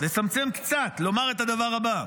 לצמצם קצת, לומר את הדבר הבא: